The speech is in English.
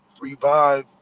revive